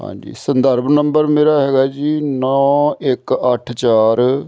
ਹਾਂਜੀ ਸੰਦਰਭ ਨੰਬਰ ਮੇਰਾ ਹੈਗਾ ਜੀ ਨੌਂ ਇੱਕ ਅੱਠ ਚਾਰ